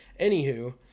Anywho